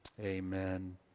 Amen